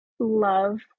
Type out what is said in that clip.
love